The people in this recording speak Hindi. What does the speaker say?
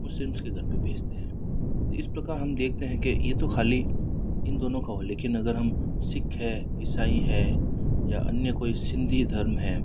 मुस्लिम्स के घर पर भेजते हैं तो इस प्रकार हम देखते हैं कि यह तो खाली इन दोनों का हो लेकिन अगर हम सिख है ईसाई है या अन्य कोई सिंधी धर्म हैं